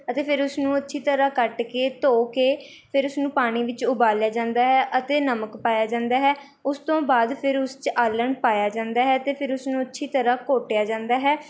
ਅਤੇ ਫਿਰ ਉਸਨੂੰ ਅੱਛੀ ਤਰ੍ਹਾਂ ਕੱਟ ਕੇ ਧੋ ਕੇ ਫਿਰ ਉਸਨੂੰ ਪਾਣੀ ਵਿੱਚ ਉਬਾਲਿਆ ਜਾਂਦਾ ਹੈ ਅਤੇ ਨਮਕ ਪਾਇਆ ਜਾਂਦਾ ਹੈ ਉਸ ਤੋਂ ਬਾਅਦ ਫਿਰ ਉਸ 'ਚ ਆਲ੍ਹਣ ਪਾਇਆ ਜਾਂਦਾ ਹੈ ਅਤੇ ਫਿਰ ਉਸਨੂੰ ਅੱਛੀ ਤਰ੍ਹਾਂ ਘੋਟਿਆ ਜਾਂਦਾ ਹੈ